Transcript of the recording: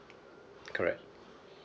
correct